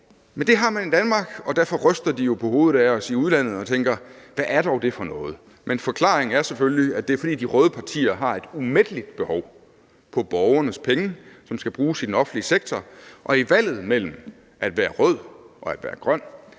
Men det har man i Danmark, og derfor ryster de jo på hovedet af os i udlandet og tænker: Hvad er dog det for noget? Men forklaringen er selvfølgelig, at det er, fordi de røde partier har et umætteligt behov for borgernes penge, som skal bruges i den offentlige sektor, og i valget mellem at være rød og at være grøn